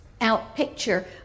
outpicture